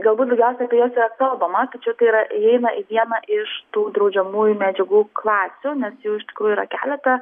galbūt daugiausia apie juos yra kalbama tačiau tai yra įeina į vieną iš tų draudžiamųjų medžiagų klasių nes iš tikrųjų yra keleta